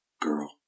girl